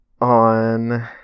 on